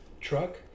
truck